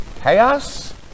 chaos